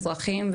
מזרחים,